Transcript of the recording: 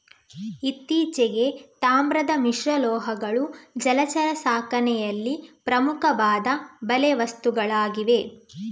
ಇತ್ತೀಚೆಗೆ, ತಾಮ್ರದ ಮಿಶ್ರಲೋಹಗಳು ಜಲಚರ ಸಾಕಣೆಯಲ್ಲಿ ಪ್ರಮುಖವಾದ ಬಲೆ ವಸ್ತುಗಳಾಗಿವೆ